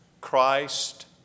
Christ